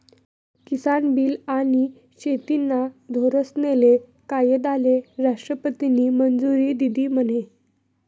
किसान bill आनी शेतीना धोरनेस्ले कायदाले राष्ट्रपतीनी मंजुरी दिधी म्हने?